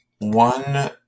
One